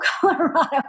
Colorado